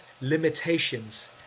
limitations